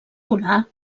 polar